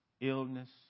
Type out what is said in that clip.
illness